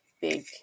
big